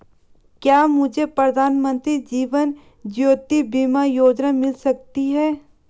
क्या मुझे प्रधानमंत्री जीवन ज्योति बीमा योजना मिल सकती है?